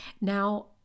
Now